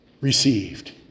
received